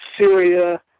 Syria